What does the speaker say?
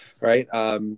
right